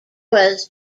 was